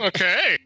Okay